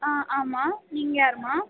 ஆ ஆமாம் நீங்கள் யாரும்மா